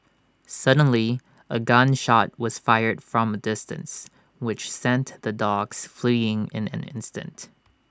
suddenly A gun shot was fired from A distance which sent the dogs fleeing in an instant